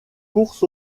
courses